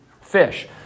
fish